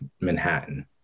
Manhattan